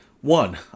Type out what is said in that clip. one